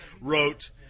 wrote